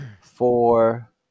four